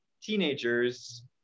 teenagers